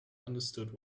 understood